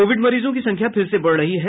Covid मरीजों की संख्या फिर से बढ़ रही है